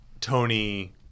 tony